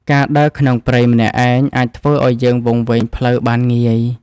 ការដើរក្នុងព្រៃម្នាក់ឯងអាចធ្វើឱ្យយើងវង្វេងផ្លូវបានងាយ។